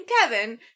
Kevin